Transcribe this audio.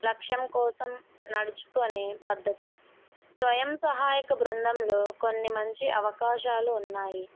లక్ష్యం కోసం నడుచుకొనే పద్ధతి స్వయం సహాయక బృందంలో కొన్ని మంచి అవకాశాలు ఉన్నాయి